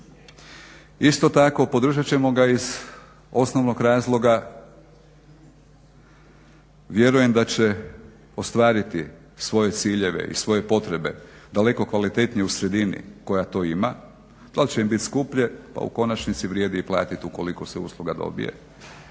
isto tako podržat ćemo ga iz osnovnog razloga, vjerujem da će ostvariti svoje ciljeve i svoje potrebe daleko kvalitetnije u sredini koja to ima, dal će im bit skuplje, pa u konačnici vrijedi i platiti ukoliko se usluga dobije.